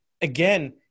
Again